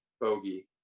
bogey